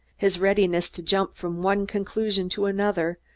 his readiness to jump from one conclusion to another,